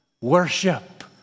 worship